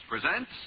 Presents